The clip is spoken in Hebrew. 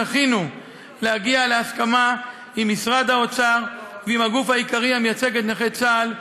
זכינו להגיע להסכמה עם משרד האוצר ועם הגוף העיקרי המייצג את נכי צה"ל,